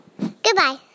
Goodbye